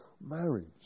marriage